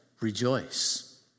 Rejoice